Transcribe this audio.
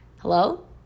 hello